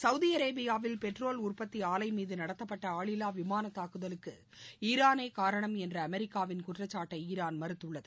Saudi அரேபியாவில் petrol உற்பத்தி ஆலை மீது நடத்தப்பட்ட ஆளில்லா விமான தங்குதலுக்கு ஈரானே காரணம் என்ற அமெரிக்காவின் குற்றச்சாட்டை ஈரான் மறுத்துள்ளது